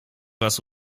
was